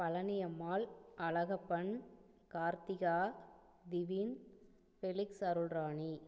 Palaniammal Alagappan Karthika Divin Felix Arul Rani